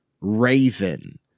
raven